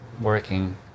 working